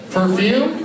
Perfume